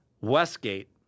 Westgate